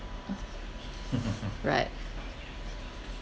uh right